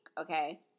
okay